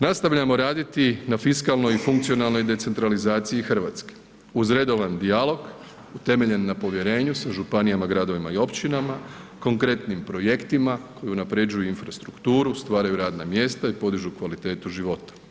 Nastavljamo raditi na fiskalnoj i funkcionalnoj decentralizaciji RH uz redovan dijalog utemeljen na povjerenju sa županijama, gradovima i općinama, konkretnim projektima koji unapređuju infrastrukturu, stvaraju radna mjesta i podižu kvalitetu života.